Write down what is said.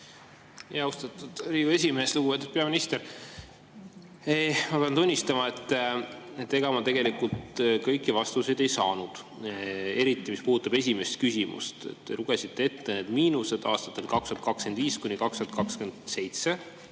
Austatud Riigikogu esimees! Lugupeetud peaminister! Ma pean tunnistama, et ega ma tegelikult kõiki vastuseid ei saanud, eriti, mis puudutab esimest küsimust. Te lugesite ette miinused aastatel 2025–2027,